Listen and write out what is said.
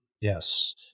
Yes